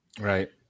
right